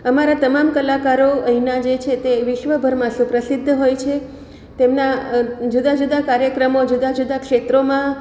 અમારા તમામ કલાકારો અહીંના જે છે તે વિશ્વભરમાં સુપ્રસિદ્ધ હોય છે તેમના જુદાજુદા કાર્યક્રમો જુદાજુદા ક્ષેત્રોમાં